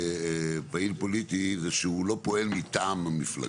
פעיל פוליטי זה שהוא לא פועל מטעם המפלגה.